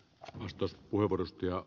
arvostus hursti ja